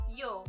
yo